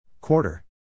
Quarter